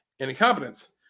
incompetence